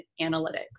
analytics